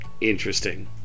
interesting